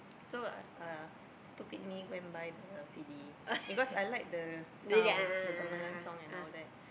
so uh stupid me go and buy the C_D because I like the sound the gamelan sound and all that